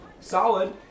Solid